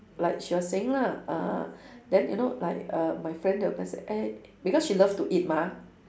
like she was saying lah uh then you know like err my friend they will message eh because she love to eat mah